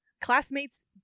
classmates